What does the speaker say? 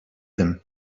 them